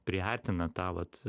priartina tą vat